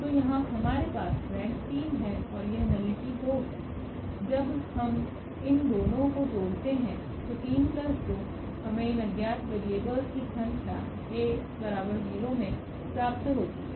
तो यहां हमारे पास रेंक 3 है और यह नलिटी 2 हैजब हम इन दोनों को जोड़ते हैं तो3 2हमे इन अज्ञात वेरिएबल्स की संख्या 𝐴𝑥 0 में प्राप्त होती है